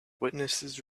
witnesses